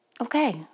Okay